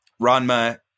Ranma